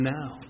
now